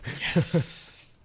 Yes